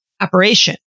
operation